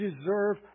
deserve